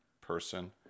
person